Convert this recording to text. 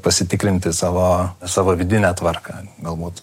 pasitikrinti savo savo vidinę tvarką galbūt